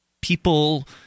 people